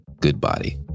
Goodbody